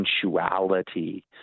sensuality